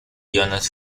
jonas